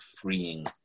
freeing